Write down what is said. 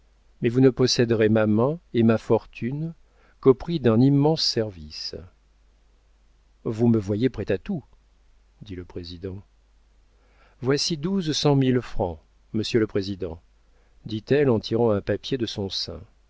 mais vous ne posséderez ma main et ma fortune qu'au prix d'un immense service vous me voyez prêt à tout dit le président voici douze cent mille francs monsieur le président dit-elle en tirant un papier de son sein